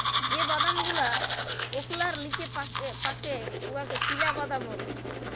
যে বাদাম গুলা ওকলার লিচে পাকে উয়াকে চিলাবাদাম ব্যলে